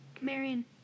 Marion